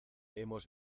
hemos